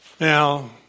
Now